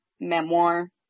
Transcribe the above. memoir